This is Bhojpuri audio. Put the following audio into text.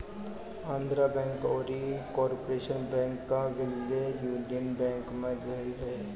आंध्रा बैंक अउरी कॉर्पोरेशन बैंक कअ विलय यूनियन बैंक में भयल रहे